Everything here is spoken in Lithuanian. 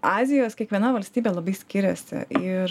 azijos kiekviena valstybė labai skiriasi ir